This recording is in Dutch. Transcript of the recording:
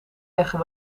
leggen